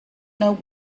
know